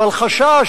אבל חשש,